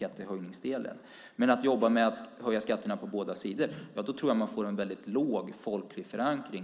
Att i sitt miljöarbete jobba för höjda skatter på båda sidor tror jag har en väldigt låg folklig förankring.